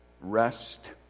rest